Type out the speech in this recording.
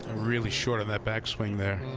really short on that back swing there.